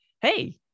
hey